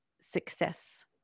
success